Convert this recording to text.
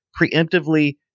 preemptively